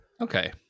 Okay